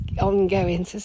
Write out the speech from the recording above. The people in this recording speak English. ongoing